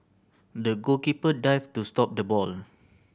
the goalkeeper dived to stop the ball